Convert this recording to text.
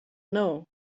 know